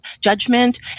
judgment